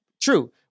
True